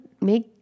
make